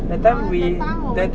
orh that time 我们